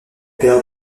père